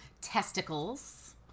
testicles